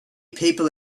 people